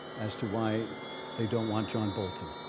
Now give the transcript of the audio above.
as to why they don't want john bolton